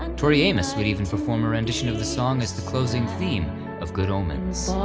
um tori amos would even perform a rendition of the song as the closing theme of good omens.